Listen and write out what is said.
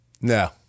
No